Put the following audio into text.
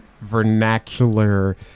Vernacular